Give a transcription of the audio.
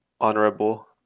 honorable